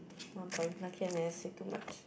one point lucky I never say too much